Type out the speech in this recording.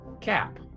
cap